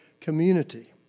community